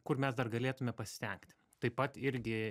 kur mes dar galėtume pasistengti taip pat irgi